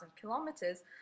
kilometers